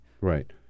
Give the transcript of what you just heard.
Right